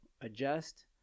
adjust